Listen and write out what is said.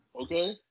Okay